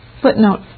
Footnote